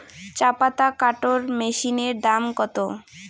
চাপাতা কাটর মেশিনের দাম কত?